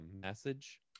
message